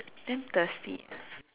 damn thirsty ah